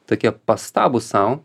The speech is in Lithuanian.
tokie pastabūs sau